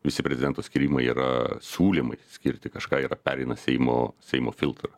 viceprezidento skyrimai yra siūlymai skirti kažką ir pereina seimo seimo filtrą